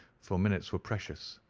for minutes were precious,